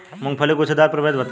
मूँगफली के गूछेदार प्रभेद बताई?